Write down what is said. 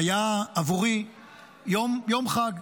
היה עבורי יום חג.